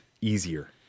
easier